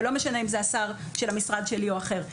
ולא משנה אם זה השר של המשרד שלי או אחר.